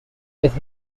with